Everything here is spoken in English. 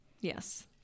Yes